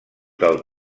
del